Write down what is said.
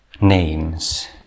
names